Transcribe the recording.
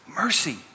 mercy